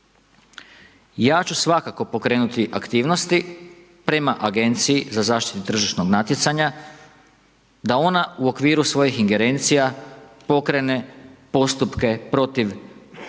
Ja ću svakako pokrenuti aktivnosti prema agenciji za zaštitu tržišnog natjecanja da ona u okviru svojih ingerencija pokrene postupke protiv hrvatskih